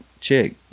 chick